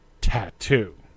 tattoo